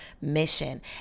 mission